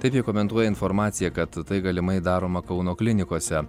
taip ji komentuoja informaciją kad tai galimai daroma kauno klinikose